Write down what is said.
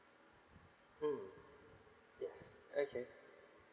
mm yes okay